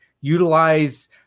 utilize